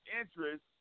interest